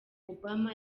obama